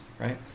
right